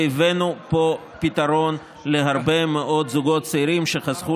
והבאנו פתרון להרבה מאוד זוגות צעירים שחסכו